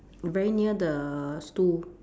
very near the stool